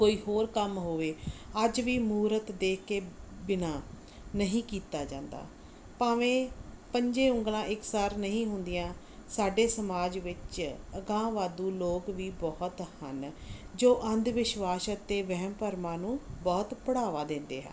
ਕੋਈ ਹੋਰ ਕੰਮ ਹੋਵੇ ਅੱਜ ਵੀ ਮਹੂਰਤ ਦੇਖ ਕੇ ਬਿਨਾਂ ਨਹੀਂ ਕੀਤਾ ਜਾਂਦਾ ਭਾਵੇਂ ਪੰਜੇ ਉਂਗਲਾਂ ਇੱਕ ਸਾਰ ਨਹੀਂ ਹੁੰਦੀਆਂ ਸਾਡੇ ਸਮਾਜ ਵਿੱਚ ਅਗਾਂਹਵਧੂ ਲੋਕ ਵੀ ਬਹੁਤ ਹਨ ਜੋ ਅੰਧ ਵਿਸ਼ਵਾਸ ਅਤੇ ਵਹਿਮ ਭਰਮਾਂ ਨੂੰ ਬਹੁਤ ਪੜਾਵਾ ਦਿੰਦੇ ਹਨ